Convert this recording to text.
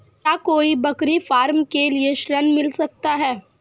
क्या कोई बकरी फार्म के लिए ऋण मिल सकता है?